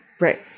Right